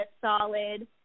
solid